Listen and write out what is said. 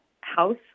House